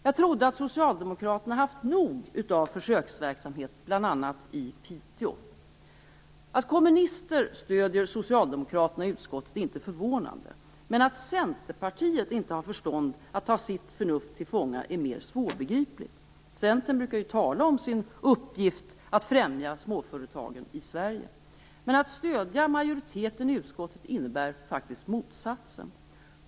Jag trodde att Socialdemokraterna haft nog av försöksverksamhet, bl.a. i Piteå. Att kommunister stöder socialdemokraterna i utskottet är inte förvånande, men att Centerpartiet inte har förstånd att ta sitt förnuft till fånga är mer svårbegripligt. Centern brukar ju tala om sin uppgift att främja småföretagen i Sverige. Att stödja majoriteten i utskottet innebär faktiskt motsatsen.